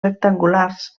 rectangulars